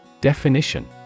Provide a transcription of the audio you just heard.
Definition